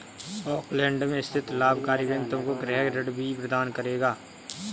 Auckland में स्थित लाभकारी बैंक तुमको गृह ऋण भी प्रदान कर देगा